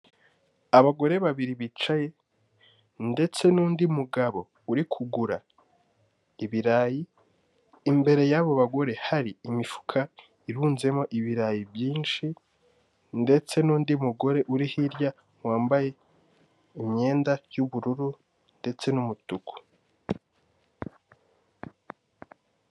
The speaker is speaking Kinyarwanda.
Abagore babiri bicaye ndetse n'undi mugabo uri kugura ibirayi, imbere y'abo bagore hari imifuka irunzemo ibirayi byinshi ndetse n'undi mugore uri hirya wambaye imyenda y'ubururu ndetse n'umutuku.